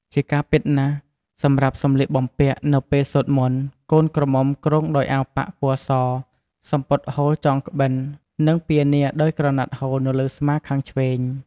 ជាការពិតណាស់ សម្រាប់សំលៀកបំពាក់នៅពេលសូត្រមន្ត កូនក្រមុំគ្រងដោយអាវប៉ាក់ពណ៏ស សំពត់ហូលចងក្បិន និងពានាដោយក្រណាត់ហូលនៅលើស្មាខាងឆ្វេង។